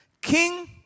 King